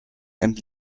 and